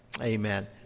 Amen